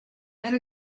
and